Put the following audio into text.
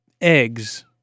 eggs